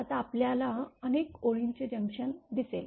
आता आपल्याला अनेक ओळींचे जंक्शन दिसेल